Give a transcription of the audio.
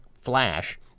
flash